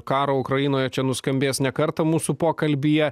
karo ukrainoje čia nuskambės ne kartą mūsų pokalbyje